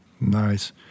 Nice